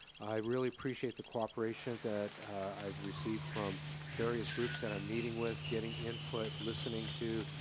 i really appreciate the cooperation that i've received from various groups that i'm meeting with, getting input, listening to,